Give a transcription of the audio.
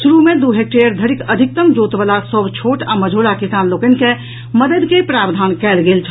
शुरू मे दू हेक्टेयर धरिक अधिकतम जोत वला सभ छोट आ मझोला किसान लोकनि के मददि के प्रावधान कयल गेल छल